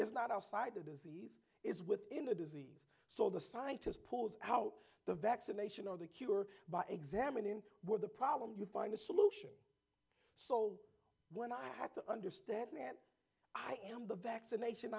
is not outside the disease is within the disease so the scientists pulls out the vaccination or the cure by examining where the problem you find a solution so when i have to understand that i am the vaccination